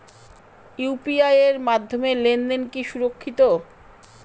UPI এর মাধ্যমে লেনদেন কি সুরক্ষিত?